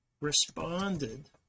responded